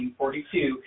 1942